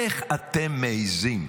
איך אתם מעיזים?